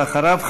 ואחריו,